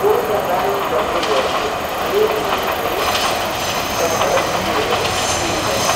kur kadaise buvo tik griuvėsiai dabar kilo dūmas